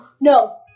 No